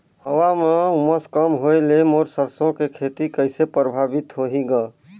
हवा म उमस कम होए ले मोर सरसो के खेती कइसे प्रभावित होही ग?